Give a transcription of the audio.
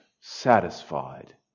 satisfied